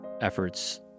efforts